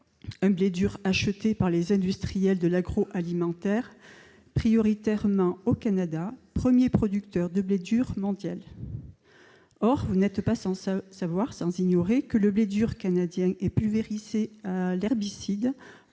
Ce blé dur est acheté par les industriels de l'agroalimentaire prioritairement au Canada, premier producteur de blé dur mondial. Or vous n'êtes pas sans savoir que le blé dur est pulvérisé à l'herbicide